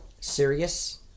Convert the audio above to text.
serious